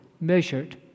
measured